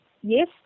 Yes